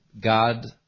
God